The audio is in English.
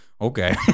okay